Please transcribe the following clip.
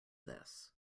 this